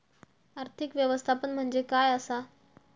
आर्थिक व्यवस्थापन म्हणजे काय असा?